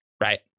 right